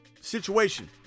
situation